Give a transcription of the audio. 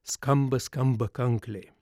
skamba skamba kankliai